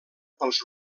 pels